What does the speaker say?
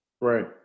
Right